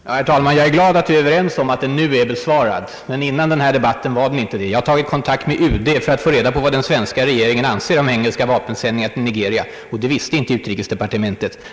Herr talman! Jag är glad att vi är överens om att frågan nu är besvarad. Före denna debatt var den icke det. Jag har tagit kontakt med UD för att få reda på vad den svenska regeringen anser om engelska vapensändningar till Nigeria. Det visste inte UD.